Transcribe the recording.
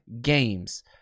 games